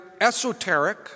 esoteric